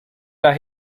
las